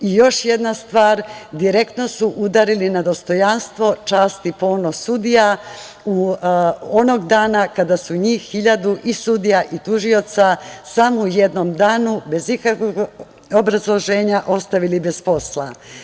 Još jedna stvar, direktno su udarili na dostojanstvo, čast i ponos sudija onog dana kada su njih hiljadu, i sudija i tužioca, samo u jednom danu bez ikakvog obrazloženja ostavili bez posla.